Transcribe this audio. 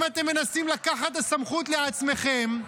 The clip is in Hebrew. אם אתם מנסים לקחת הסמכות לעצמכם,